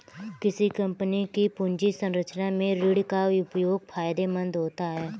किसी कंपनी की पूंजी संरचना में ऋण का उपयोग फायदेमंद होता है